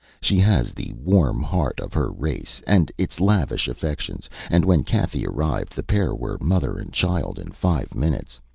she has the warm heart of her race, and its lavish affections, and when cathy arrived the pair were mother and child in five minutes,